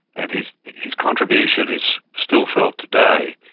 and his his contribution is still felt today.